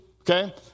Okay